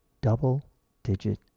double-digit